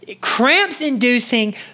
cramps-inducing